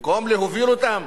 במקום להוביל אותם,